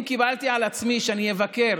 אם קיבלתי על עצמי שאני אבקר